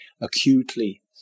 acutely